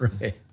Right